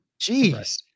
Jeez